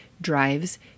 drives